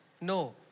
No